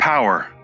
Power